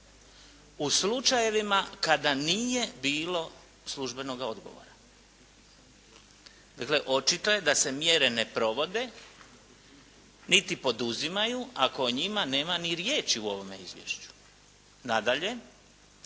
u slučajevima kada nije bilo službenoga odgovora? Dakle, očito je da se mjere ne provode, niti poduzimaju, ako o njima nema ni riječi u ovome izvješću. Nadalje,